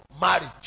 marriage